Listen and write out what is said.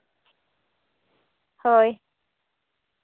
ᱦᱳᱭ